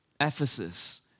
Ephesus